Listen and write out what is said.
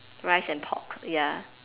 rice and pork ya